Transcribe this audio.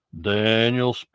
Daniel